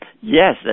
Yes